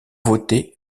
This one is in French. voté